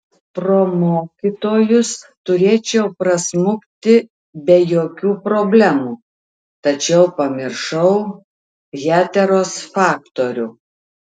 pro mokytojus turėčiau prasmukti be jokių problemų tačiau pamiršau heteros faktorių